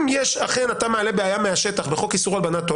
אם אכן אתה מעלה בעיה מהשטח בחוק איסור הלבנת הון